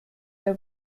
der